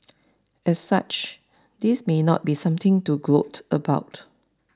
as such this may not be something to gloat about